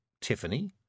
Tiffany